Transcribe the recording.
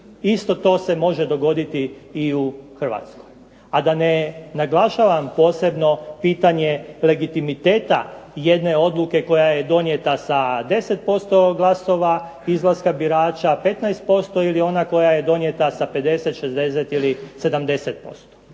Isto to se može dogoditi i u Hrvatskoj. A da ne naglašavam posebno pitanje legitimiteta jedne odluke koja je donijeta sa 10% glasova izlaska birača, 15% ili ona koja je donijeta sa 5, 60 ili 70%.